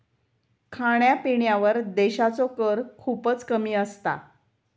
खाण्यापिण्यावर देशाचो कर खूपच कमी असता